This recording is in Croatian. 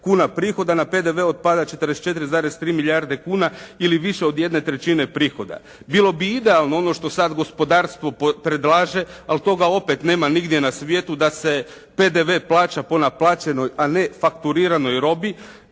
kuna prihoda na PDV otpada 44,3 milijarde kuna ili više od 1 trećine prihoda. Bilo bi idealno ono što sada gospodarstvu predlaže ali toga opet nema nigdje na svijetu da se PDV plaća po naplaćenoj a ne fakturiranoj robi,